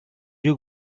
you